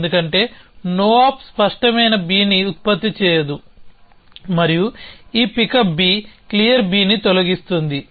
ఎందుకంటే no op స్పష్టమైన bని ఉత్పత్తి చేయదు మరియు ఈ పికప్ b క్లియర్ bని తొలగిస్తోంది